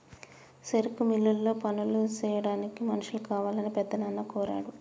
సెరుకు మిల్లులో పనులు సెయ్యాడానికి మనుషులు కావాలని పెద్దనాన్న కోరాడు